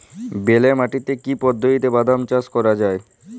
বেলে মাটিতে কি পদ্ধতিতে বাদাম চাষ করা যায়?